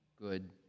good